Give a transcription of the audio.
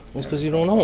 it's cause you don't know